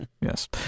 Yes